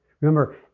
Remember